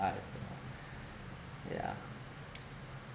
lah yeah